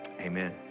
amen